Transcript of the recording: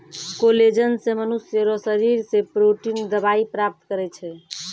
collagen से मनुष्य रो शरीर से प्रोटिन दवाई प्राप्त करै छै